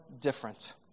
different